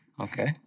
Okay